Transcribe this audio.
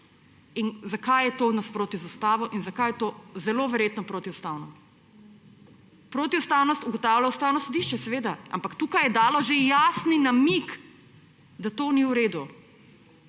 in zakaj je to v nasprotju z Ustavo in zakaj je to zelo verjetno protiustavno. Protiustavnost seveda ugotavlja Ustavno sodišče. Ampak tukaj je dalo že jasni namig, da to ni v redu.